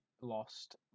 lost